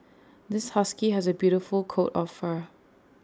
this husky has A beautiful coat of fur